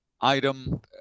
item